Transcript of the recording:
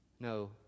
No